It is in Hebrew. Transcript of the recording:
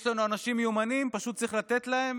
יש לנו אנשים מיומנים ופשוט צריך לתת להם